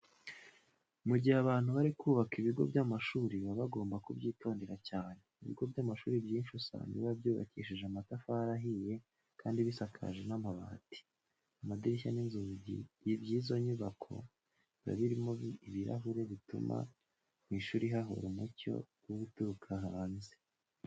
Mu gihe abantu bari kubaka ibigo by'amashuri baba bagomba kubyitondera cyane. Ibigo by'amashuri byinshi usanga biba byubakishije amatafari ahiye kandi bisakaje n'amabati. Amadirishya n'inzugi by'izo nyubako biba birimo ibirahure bituma mu ishuri hahora umucyo uba uturuka hanze.